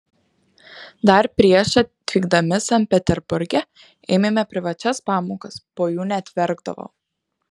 dar prieš atvykdami sankt peterburge ėmėme privačias pamokas po jų net verkdavau